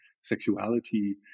sexuality